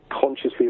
consciously